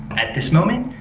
at this moment,